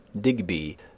Digby